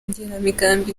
igenamigambi